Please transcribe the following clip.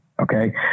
Okay